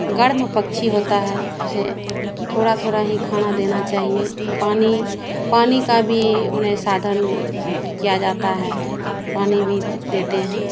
गर्म पक्षी होता है उसे थोड़ा थोड़ा ही खाना देना चाहिए पानी पानी का भी उन्हें साधन किया जाता है पानी भी देते हैं